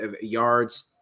yards